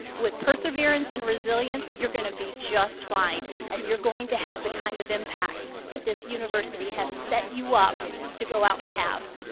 with perseverance and resilience, you're gonna be just fine and you're going to have the kind of impact that this university has set you up to go out and have.